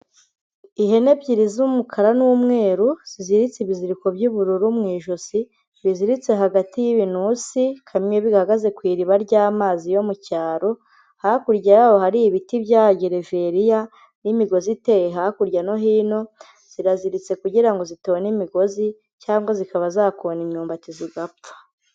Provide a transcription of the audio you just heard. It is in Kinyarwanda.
Ihene ebyiri z'umukara n'umweru, ziziritse ibiziriko by'ubururu mu ijosi, biziritse hagati y'ibinusi, kamwe bihagaze ku iriba ry'amazi yo mu cyaro. Hakurya yaho hari ibiti bya gereveriya, n'imigozi iteye hakurya no hino, ziraziritse kugira ngo zitona imigozi, cyangwa zikaba zakona imyumbati zigapfa.